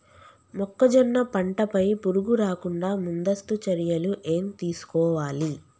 మొక్కజొన్న పంట పై పురుగు రాకుండా ముందస్తు చర్యలు ఏం తీసుకోవాలి?